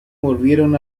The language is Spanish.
volvieron